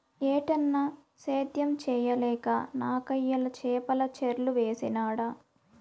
ఏటన్నా, సేద్యం చేయలేక నాకయ్యల చేపల చెర్లు వేసినాడ